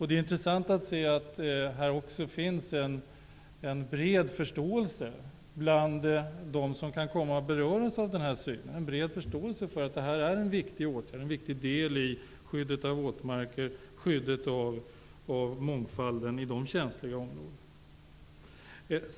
Det är intressant att se att det här finns en bred förståelse bland dem som kan komma att beröras för att det är en viktig del när det gäller skyddet av våtmarker, skyddet av mångfalden, i de känsliga områdena.